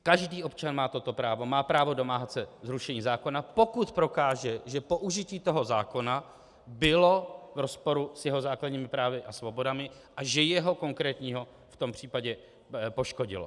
Každý občan má toto právo, má právo se domáhat zrušení zákona, pokud prokáže, že použití toho zákona bylo v rozporu s jeho základními právy a svobodami a že jeho konkrétního v tom případě poškodilo.